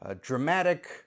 dramatic